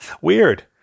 Weird